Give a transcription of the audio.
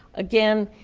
again,